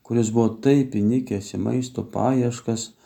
kuris buvo taip įnikęs į maisto paieškas